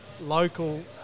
local